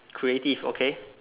creative okay